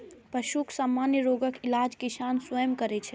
पशुक सामान्य रोगक इलाज किसान स्वयं करै छै